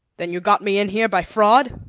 then you got me in here by fraud?